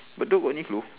bedok got Uniqlo